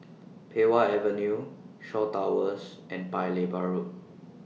Pei Wah Avenue Shaw Towers and Paya Lebar Road